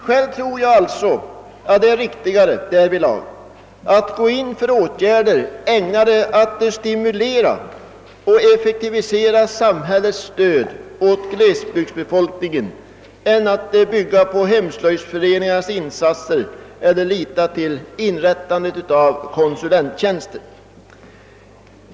Själv tror jag alltså att det är riktigare att härvidlag gå in för åtgärder ägnade att effektivisera samhällets stöd åt glesbygdsbefolkningen än att bygga på hemslöjds föreningarnas insatser eller lita till inrättandet av konsulenttjänster.